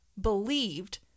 believed